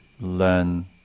learn